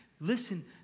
listen